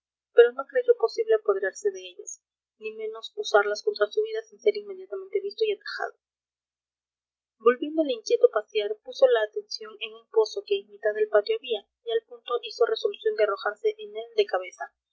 pero no creyó posible apoderarse de ellas ni menos usarlas contra su vida sin ser inmediatamente visto y atajado volviendo al inquieto pasear puso la atención en un pozo que en mitad del patio había y al punto hizo resolución de arrojarse en él de cabeza